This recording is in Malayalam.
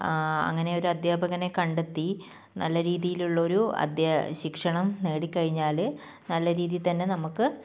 അങ്ങനെ ഒരു അധ്യാപകനെ കണ്ടെത്തി നല്ല രീതിയിലുള്ള ഒരു അധ്യാ ശിക്ഷണം നേടിക്കഴിഞ്ഞാൽ നല്ല രീതിയിൽ തന്നെ നമുക്ക്